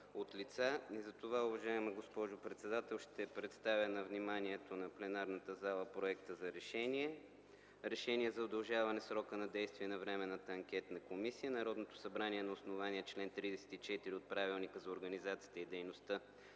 от лица. Затова, уважаема госпожо председател, ще представя на вниманието на пленарната зала проекта за: „РЕШЕНИЕ за удължаване срока на действие на Временната анкетна комисия Народното събрание на основание чл. 34 от Правилника за организацията и дейността